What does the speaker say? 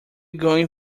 going